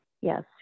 yes